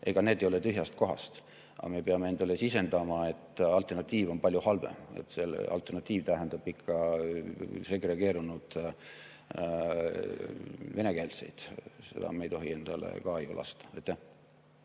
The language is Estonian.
ega need ei ole tühjast kohast. Aga me peame endale sisendama, et alternatiiv on palju halvem. Alternatiiv tähendab segregeerunud venekeelseid. Seda me ei tohi ju ka lasta